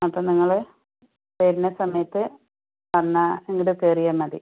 അപ്പം നിങ്ങള് വരുന്ന സമയത്ത് എന്നാൽ ഇങ്ങട് കേറിയാൽ മതി